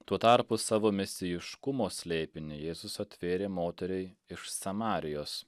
tuo tarpu savo mesijiškumo slėpinį jėzus atvėrė moteriai iš samarijos